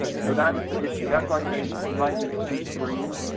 and so that's the issue that's like they you might need two screens.